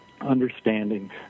understanding